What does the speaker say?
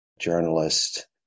journalist